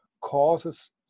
causes